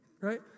right